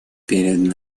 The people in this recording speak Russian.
перед